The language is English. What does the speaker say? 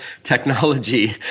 technology